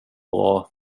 bra